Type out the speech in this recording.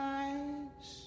eyes